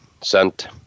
sent